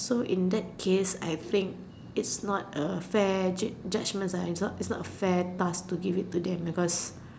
so in that case I think it's not a fair ju~ judgement it's not it's not a fair task to give it to them